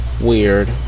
Weird